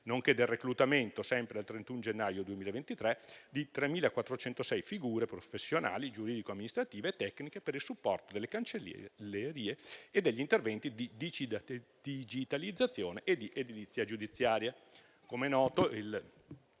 nonché del reclutamento - sempre al 31 gennaio 2023 - di 3.406 figure professionali giuridico-amministrative e tecniche per il supporto delle cancellerie e degli interventi di digitalizzazione e di edilizia giudiziaria. Com'è noto, il